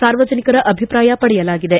ಸಾರ್ವಜನಿಕರ ಅಭಿಪ್ರಾಯ ಪಡೆಯಬೇಕಾಗಿದೆ